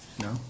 No